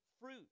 fruit